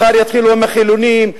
מחר יתחילו עם החילונים,